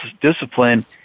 discipline